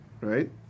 Right